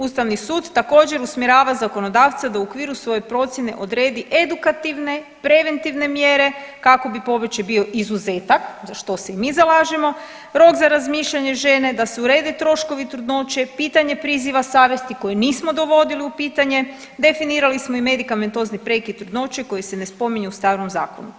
Ustavni sud također usmjerava zakonodavca da u okviru svoje procjene odredi edukativne, preventivne mjere kako bi pobačaj bio izuzetak za što se i mi zalažemo, rok za razmišljanje žene, da se urede troškovi trudnoće, pitanje priziva savjesti koje nismo dovodili u pitanje, definirali smo i medikamentozni prekid trudnoće koji se ne spominje u starom zakonu.